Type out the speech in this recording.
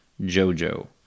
JoJo